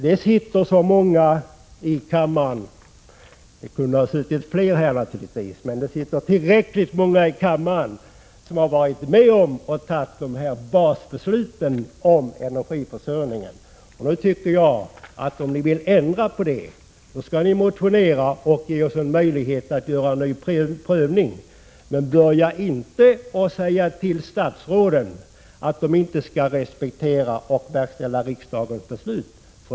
Det sitter så många i kammaren — det kunde naturligtvis ha varit fler här, men det sitter tillräckligt många — som har varit med om att ta basbesluten om energiförsörjningen. Nu tycker jag att ifall ni vill ändra på dessa beslut skall ni motionera och ge oss möjlighet att göra en ny prövning. Men börja inte säga till statsråden att de inte skall respektera och verkställa riksdagens beslut!